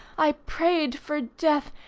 i prayed for death,